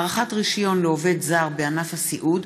(הארכת רישיון לעובד זר בענף הסיעוד),